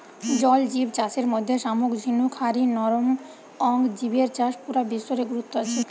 জল জিব চাষের মধ্যে শামুক ঝিনুক হারি নরম অং জিবের চাষ পুরা বিশ্ব রে গুরুত্ব আছে